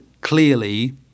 clearly